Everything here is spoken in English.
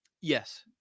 Yes